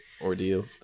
ordeal